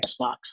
xbox